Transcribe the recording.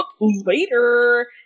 later